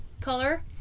color